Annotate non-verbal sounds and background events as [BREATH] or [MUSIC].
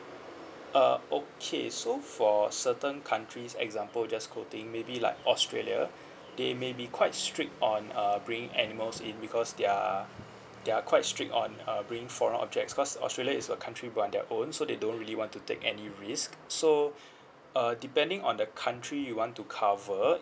uh okay so for certain countries example just quoting maybe like australia they maybe quite strict on uh bringing animals in because they are they are quite strict on uh bringing foreign objects cause australia is a country by their own so they don't really want to take any risk so [BREATH] uh depending on the country you want to cover